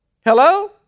Hello